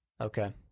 Okay